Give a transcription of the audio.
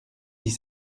dix